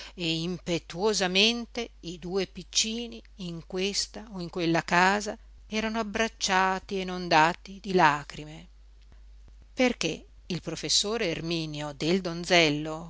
e impetuosamente i due piccini in questa o in quella casa erano abbracciati e inondati di lagrime perché il professor erminio del donzello